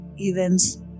events